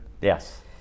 yes